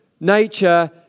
nature